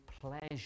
pleasure